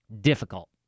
Difficult